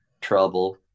trouble